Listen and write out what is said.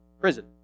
prison